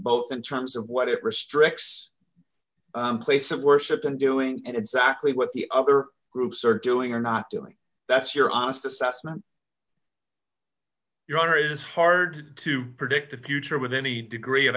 both in terms of what it restricts place of worship and doing and exactly what the other groups are doing or not doing that's your honest assessment your honor is hard to predict the future with any degree of